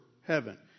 heaven